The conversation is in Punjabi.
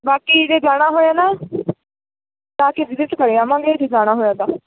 ਬਾਕੀ ਜੇ ਜਾਣਾ ਹੋਇਆ ਨਾ ਤਾਂ ਕੀ ਵਿਜ਼ਿਟ ਕਰ ਆਵਾਂਗੇ ਜੇ ਜਾਣਾ ਹੋਇਆ ਤਾਂ